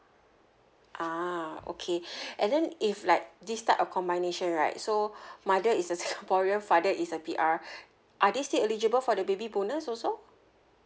ah okay and then if like this type of combination right so mother is a singaporean father is a P_R are they still eligible for the baby bonus also